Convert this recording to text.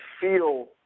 feel